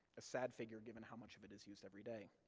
a sad figure given how much of it is used every day.